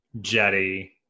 Jetty